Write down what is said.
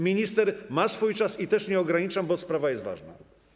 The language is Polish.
Minister ma swój czas i też nie ograniczam, bo sprawa jest ważna.